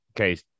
okay